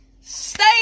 Stay